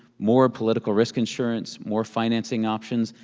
more political risk insurance, more financing options,